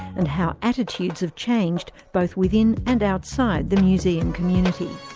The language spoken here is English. and how attitudes have changed both within and outside the museum community.